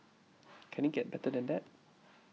can it get better than that